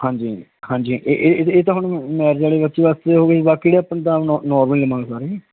ਵੀਰੋ ਹਾਂਜੀ ਹਾਂਜੀ ਇਹ ਤਾਂ ਹੁਣ ਮੈਰਿਜ ਦੇ ਵਿੱਚ ਵੱਸਦੇ ਹੋ ਗਏ ਬਾਕੀ ਨੋਰਮਲ ਮੰਗਦਾ ਨਹੀਂ